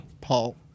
Paul